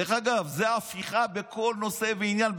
דרך אגב, זו הפיכה בכל נושא ועניין.